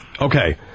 Okay